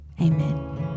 Amen